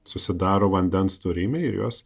susidaro vandens storymėje ir jos